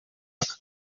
aka